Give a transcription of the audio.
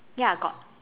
ya got